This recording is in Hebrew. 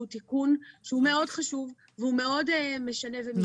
תיקון שהוא מאוד חשוב והוא מאוד משנה ומשתנה.